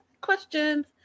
Questions